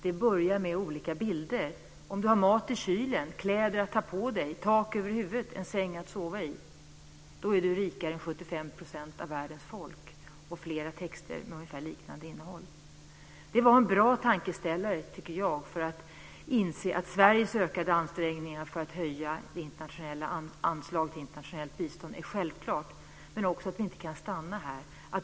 Det börjar med olika bilder: Om du har mat i kylen, kläder att ta på dig, tak över huvudet, en säng att sova i - då är du rikare än 75 % av världens folk. Det var också flera andra texter med ungefär liknande innehåll. Det var en bra tankeställare, tycker jag, för att inse att Sveriges ökade ansträngningar för att höja anslaget till internationellt bistånd är självklara, men också för att vi inte kan stanna här.